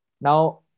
Now